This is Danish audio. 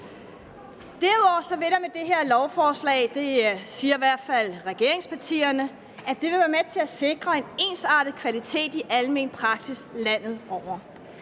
Derudover vil det her lovforslag – det siger i hvert fald regeringspartierne – være med til at sikre en ensartet kvalitet i almen praksis landet over.